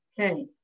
okay